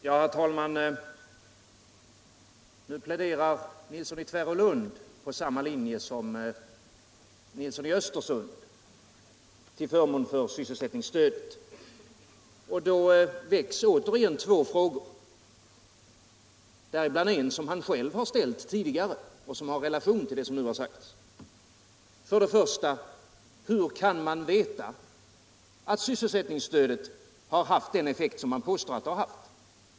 Herr talman! Nu pläderar herr Nilsson i Tvärålund efter samma linje som herr Nilsson i Östersund till förmån för sysselsättningsstödet, och då reser sig återigen två frågor, däribland en som han själv ställt tidigare och som har relation till vad som nu har sagts. Den första frågan är: Hur kan man veta att sysselsättningsstödet har haft den effekt som man påstår att det har haft?